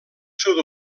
sud